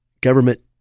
government